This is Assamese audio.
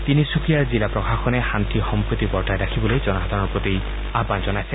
তিনিচুকীয়াৰ জিলা প্ৰশাসনে শান্তি সম্প্ৰীতি বৰ্তাই ৰাখিবলৈ জনসাধাৰণৰ প্ৰতি আহান জনাইছে